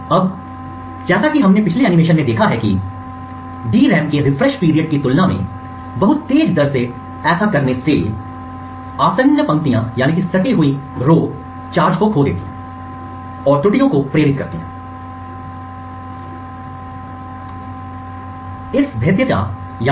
अब जैसा कि हमने पिछले एनिमेशन में देखा है कि DRAM के रिफ्रेश पीरियड की तुलना में बहुत तेज दर से ऐसा करने से आसन्न पंक्तियाँ सटा हुआ चार्ज खो देती हैं और त्रुटियों को प्रेरित करती हैं और आसन्न पंक्तियों सटा हुआ में गिर जाती हैं